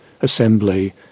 assembly